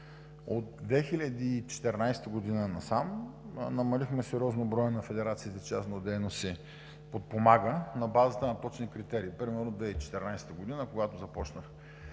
От 2014 г. насам намалихме сериозно броя на федерациите, чиято дейност се подпомага, на базата на точни критерии. Примерно 2014 г., когато започнах